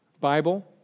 Bible